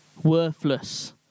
Worthless